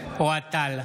אוהד טל,